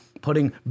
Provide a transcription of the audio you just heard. putting